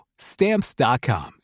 Stamps.com